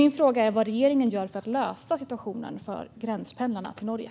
Min fråga är vad regeringen gör för att lösa situationen för gränspendlarna till Norge.